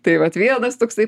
tai vat vienas toksai